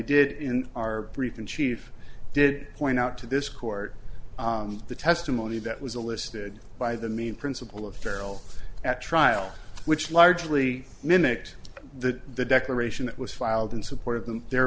did in our brief in chief did point out to this court the testimony that was elicited by the main principle of feral at trial which largely mimicked the the declaration that was filed in support of them the